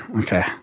Okay